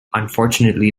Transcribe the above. unfortunately